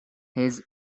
his